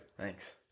Thanks